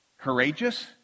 courageous